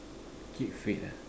keep fit ah